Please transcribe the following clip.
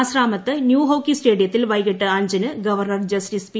ആശ്രാമത്തെ new hockey സ്റ്റേഡിയത്തിൽ വൈകിട്ട് അഞ്ചിന് ഗവർണർ ജസ്റ്റിസ് പി